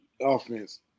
offense